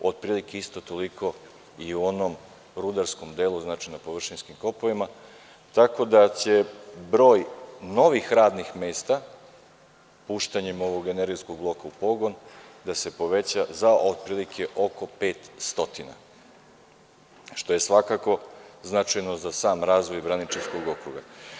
otprilike isto toliko i u onom rudarskom delu, znači, na površinskim kopovima, tako da će broj novih radnih mesta puštanjem ovog energetskog bloka u pogonda se poveća za otprilike oko 500, što je svakako značajno za sam razvoj Braničevskog okruga.